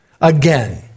Again